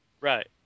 Right